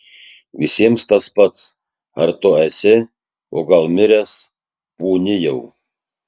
visiems tas pats ar tu esi o gal miręs pūni jau